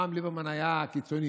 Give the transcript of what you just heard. פעם ליברמן היה קיצוני,